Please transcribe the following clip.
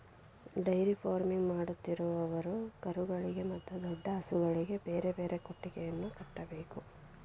dairy farming ಮಾಡುತ್ತಿರುವವರು ಕರುಗಳಿಗೆ ಮತ್ತು ದೊಡ್ಡ ಹಸುಗಳಿಗೆ ಬೇರೆ ಬೇರೆ ಕೊಟ್ಟಿಗೆಯನ್ನು ಕಟ್ಟಬೇಕು